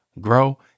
grow